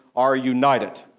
are united.